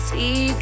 See